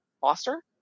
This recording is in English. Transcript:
Foster